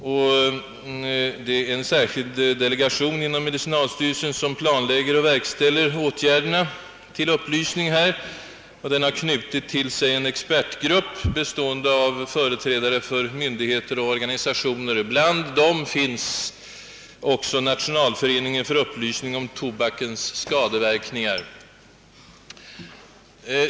Det finns en särskild delegation inom denna myndighet som planlägger och verkställer åtgärderna för hälsovårdsupplysningen. Denna delegation har till sig knutit en expertgrupp, bestående av representanter för myndigheter och organisationer. Bland dem finns också Nationalföreningen för upplysning om tobakens skadeverkningar.